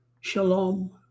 shalom